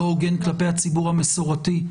לא הוגן כלפי הציבור המסורתי.